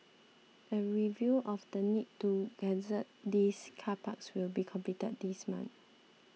a review of the need to gazette these car parks will be completed this month